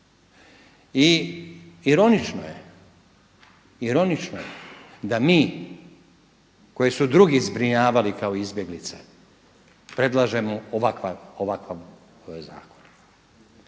ironično je da mi koje su drugi zbrinjavali kao izbjeglice predlažemo ovakav zakon.